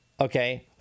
Okay